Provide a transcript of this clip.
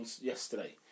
yesterday